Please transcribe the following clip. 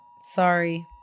Sorry